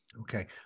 Okay